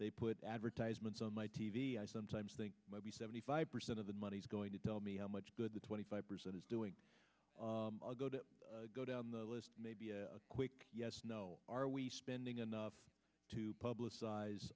they put advertisements on my t v i sometimes think might be seventy five percent of the money is going to tell me how much good the twenty five percent is doing i'll go to go down the list maybe a quick yes no are we spending enough to publicize